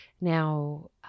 Now